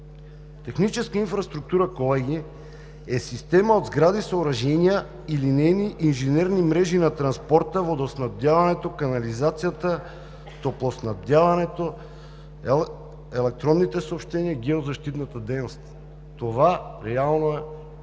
Техническа инфраструктура, колеги, е система от сгради, съоръжения или нейни инженерни мрежи на транспорта, водоснабдяването, канализацията, топлоснабдяването, електронните съобщения и геозащитната дейност. Това реално е дефиницията